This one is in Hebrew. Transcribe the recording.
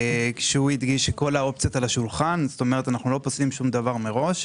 הוא הדגיש שכל האופציות על השולחן כלומר אנו לא פוסלים דבר מראש.